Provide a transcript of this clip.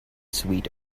sweet